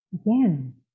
Again